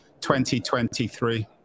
2023